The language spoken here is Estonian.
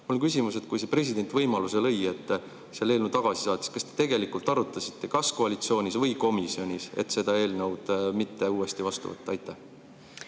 on küsimus. Kui president võimaluse lõi ja selle eelnõu tagasi saatis, siis kas te tegelikult arutasite koalitsioonis või komisjonis, et seda eelnõu mitte uuesti vastu võtta? Aitäh,